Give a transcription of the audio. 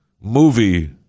movie